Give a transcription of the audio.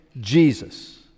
Jesus